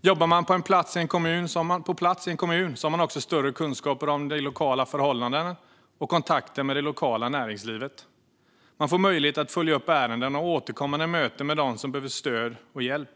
Jobbar man på plats i en kommun har man också större kunskaper om de lokala förhållandena och kontakter med det lokala näringslivet. Man får möjlighet att följa upp ärenden och ha återkommande möten med dem som behöver stöd och hjälp.